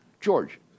George